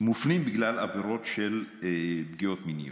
מופנים בגלל עבירות של פגיעות מיניות.